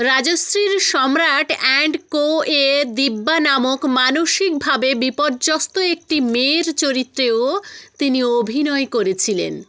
রাজশ্রীর Samrat and Co এ দিব্যা নামক মানসিকভাবে বিপর্যস্ত একটি মেয়ের চরিত্রেও তিনি অভিনয় করেছিলেন